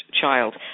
child